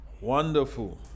Wonderful